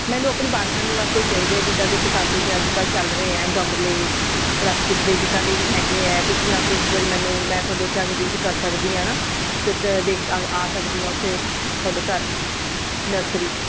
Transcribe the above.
ਮੈਨੂੰ ਆਪਣੀ ਬਾਲਕਨੀ ਵਾਸਤੇ ਹੀ ਚਾਹੀਦੇ ਆ ਜਿੱਦਾਂ ਦੀ ਪਸੰਦ ਹੁੰਦੇ ਅੱਜ ਕੱਲ੍ਹ ਚੱਲ ਰਹੇ ਐਂ ਗਮਲੇ ਪਲਾਸਟਿਕ ਦੇ ਜਿੱਦਾਂ ਦੇ ਵੀ ਹੈਗੇ ਹੈ ਤੁਸੀਂ ਆ ਕੇ ਇੱਕ ਵਾਰੀ ਮੈਨੂੰ ਮੈਂ ਤੁਹਾਡੇ ਉੱਥੇ ਆ ਕੇ ਵੀਜ਼ਿਟ ਕਰ ਸਕਦੀ ਹਾਂ ਨਾ ਅਤੇ ਦੇਖ ਆ ਸਕਦੀ ਹਾਂ ਉੱਥੇ ਤੁਹਾਡੇ ਘਰ ਨਰਸਰੀ 'ਚ